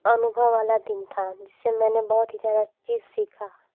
अनुभव वाला दिन था जिससे मैंने बहुत ही ज़्यादा चीज़ सिखा